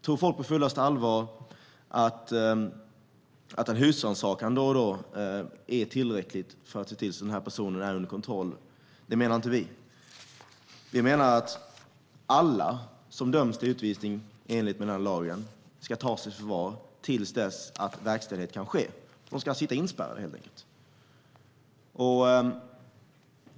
Tror folk på fullt allvar att en husrannsakan då och då är tillräckligt för att se till att denna person är under kontroll? Det tror inte vi. Vi anser att alla som döms till utvisning enligt denna lag ska tas i förvar till dess att verkställighet kan ske. De ska helt enkelt sitta inspärrade.